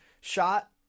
shot